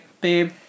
babe